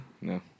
No